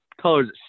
colors